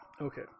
Okay